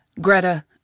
Greta